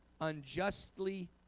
unjustly